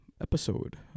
episode